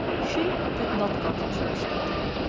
she did not go to church that day.